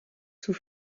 sous